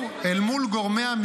גם ישיבות מתוקצבות לפי תמיכות.